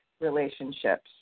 relationships